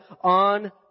on